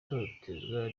itotezwa